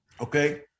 Okay